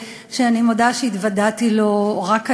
שאני מודה שהתוודעתי לו רק היום,